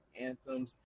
anthems